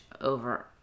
over